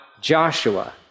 Joshua